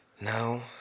No